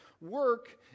work